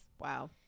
Wow